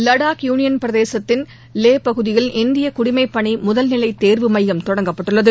Ladakh union பிரதேசத்தின் லே பகுதியில் இந்திய குடிமைப்பணி முதல்நிலைத் தேர்வு மையம் தொடங்கப்பட்டுள்ளது